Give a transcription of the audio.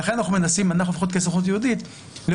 אנחנו כסוכנות יהודית מנסים להיות